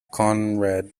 conrad